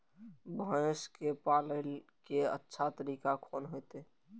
भैंस के पाले के अच्छा तरीका कोन होते?